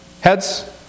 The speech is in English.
Heads